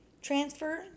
transfer